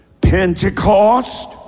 Pentecost